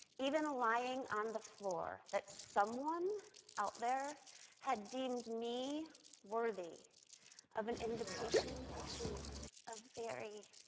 even lying on the floor, that someone out there had deemed me worthy of an invitation to a very,